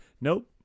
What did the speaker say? nope